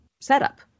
setup